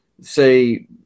say